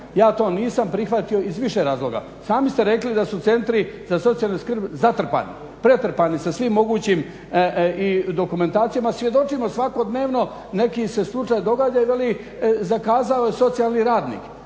Ja to nisam prihvatio iz više razloga. Sami ste rekli da su Centri za socijalnu skrb zatrpani, pretrpani sa svim mogućim dokumentacijama. Svjedočimo svakodnevno neki se slučaj događa i veli zakazao je socijalni radnik.